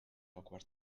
awkward